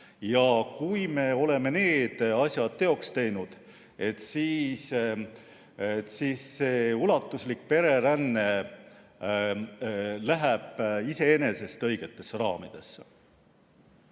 Ja kui me oleme need asjad teoks teinud, siis see ulatuslik pereränne läheb iseenesest õigetesse raamidesse.